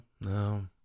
no